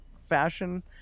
fashion